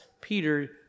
Peter